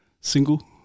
single